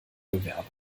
bewerber